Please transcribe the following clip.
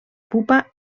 pupa